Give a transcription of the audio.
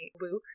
Luke